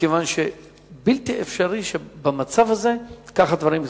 מכיוון שבלתי אפשרי שבמצב הזה כך הדברים יתקבלו,